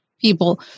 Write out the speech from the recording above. people